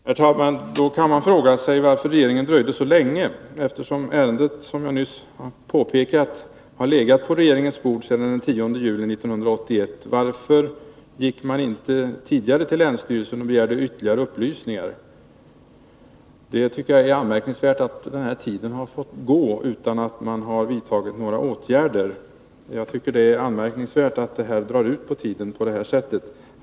Herr talman! Då kan man fråga sig varför regeringen dröjde så länge. Ärendet har ju, som jag nyss påpekat, legat på regeringens bord sedan den 10 juli 1981. Varför gick man inte tidigare till länsstyrelsen och begärde ytterligare upplysningar? Det är anmärkningsvärt att denna tid har fått gå utan att man har vidtagit några åtgärder och att ärendet har dragit ut på tiden på detta sätt.